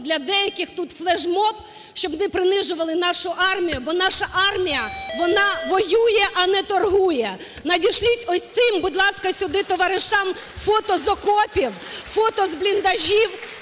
для деяких тут флешмоб, щоб не принижували нашу армію, бо наша армія, вона воює, а не торгує. Надішліть ось цим, будь ласка, сюди товаришам фото з окопів, фото з бліндажів,